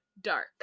dark